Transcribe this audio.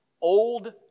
old